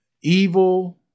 evil